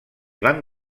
van